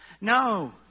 No